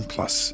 Plus